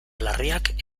larriak